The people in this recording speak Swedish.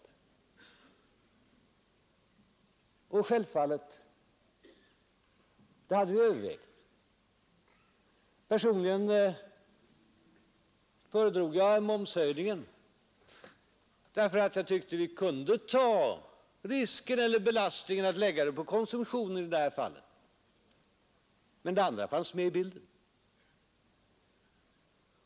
Det hade vi självfallet övervägt. Personligen föredrog jag momshöjningen därför att jag tyckte att vi kunde ta risken eller belastningen att lägga det på konsumtionen i det här fallet. Men det andra fanns med i bilden.